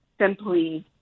simply